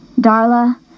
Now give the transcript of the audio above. Darla